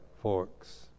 forks